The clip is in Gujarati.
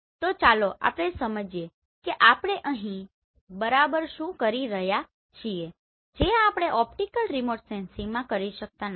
તો ચાલો આપણે સમજીએ કે આપણે અહીં બરાબર શું કરી શકીએ છીએ જે આપણે ઓપ્ટિકલ રિમોટ સેન્સિંગમાં કરી શકતા નથી